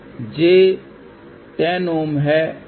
आमतौर पर एक लो पास डिजाइन क्या है